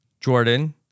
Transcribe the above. Jordan